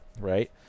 right